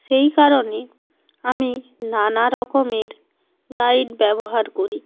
সেই কারণে আমি নানা রকমের গাইড ব্যবহার করি